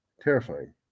Terrifying